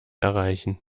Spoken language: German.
erreichen